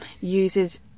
uses